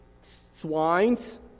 swines